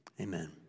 amen